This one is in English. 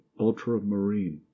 Ultramarine